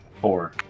Four